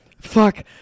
Fuck